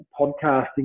podcasting